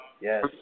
yes